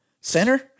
Center